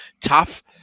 tough